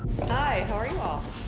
hi, how are you all?